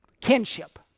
kinship